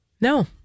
No